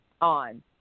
on